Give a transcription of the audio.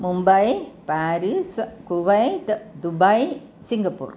Mumbai Paris Kuwait Dubai Singapore